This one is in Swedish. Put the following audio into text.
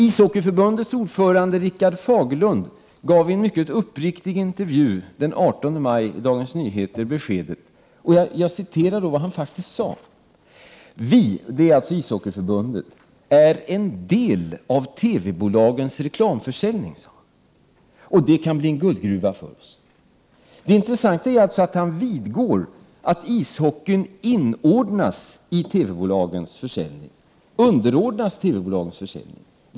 Ishockeyförbundets ordförande Rickard Fagerlund gav i en mycket uppriktig intervju den 18 maj i Dagens Nyheter följande besked: ”- Vi” — alltså Ishockeyförbundet — ”har blivit en del av TV-bolagens reklamförsäljning.” Han menar att det kan bli en guldgruva för Ishockeyförbundet. Det intressanta är alltså att Rickard Fagerlund vidgår att ishockeyn inordnas i TV-bolagens reklamförsäljning, underordnas TV-bolagen.